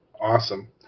Awesome